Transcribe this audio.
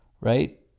right